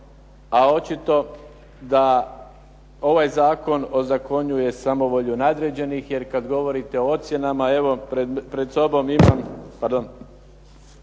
a očito da ovaj zakon ozakonjuje samovolju nadređenih, jer kad govorite o ocjenama, evo pred sobom imam